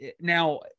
now